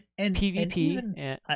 PvP